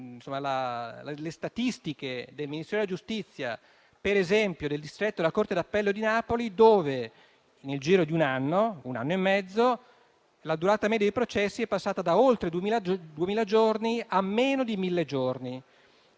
le statistiche del Ministero della giustizia. Per esempio, nel distretto della corte d'appello di Napoli nel giro di un anno e mezzo, la durata dei processi è passata da oltre duemila giorni a meno di mille giorni.